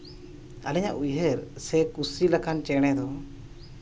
ᱟᱞᱮᱭᱟᱜ ᱩᱭᱦᱟᱹᱨ ᱥᱮ ᱠᱩᱥᱤ ᱞᱮᱠᱟᱱ ᱪᱮᱬᱮ ᱫᱚ